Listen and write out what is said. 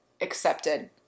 accepted